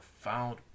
found